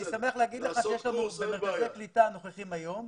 אני יכול לומר לך שבמרכזי הקליטה הנוכחים היום,